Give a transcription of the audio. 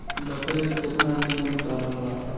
बकरी के केतना जीवन काल होला?